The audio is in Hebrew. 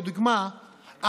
לדוגמה,